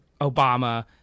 obama